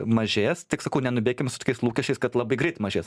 mažės tik sakau nenubėkim su tokiais lūkesčiais kad labai greit mažės